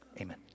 Amen